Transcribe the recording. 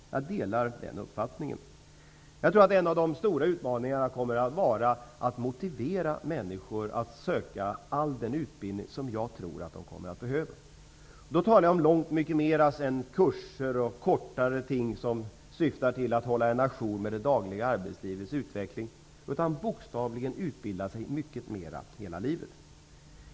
Jag delar den uppfattningen. Jag tror att en av de stora utmaningarna kommer att bli att motivera människor att söka sig till all den utbildning som de nog kommer att behöva. Då talar jag om långt mycket mer än kurser och kortare ting som syftar till att hålla sig à jour med det dagliga arbetslivets utveckling. Det handlar bokstavligen om att utbilda sig mycket mera hela livet.